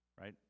right